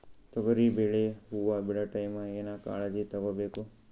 ತೊಗರಿಬೇಳೆ ಹೊವ ಬಿಡ ಟೈಮ್ ಏನ ಕಾಳಜಿ ತಗೋಬೇಕು?